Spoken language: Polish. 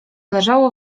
leżało